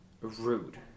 rude